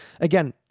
again